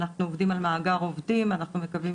אנחנו עובדים על מאגר עובדים ואנחנו מקווים